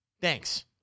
thanks